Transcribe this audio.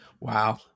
Wow